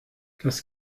das